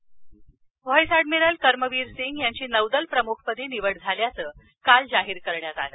नौदलप्रमुख vice admiral Karambir Singh यांची नौदलप्रमुखपदी निवड झाल्याचं काल जाहीर करण्यात आलं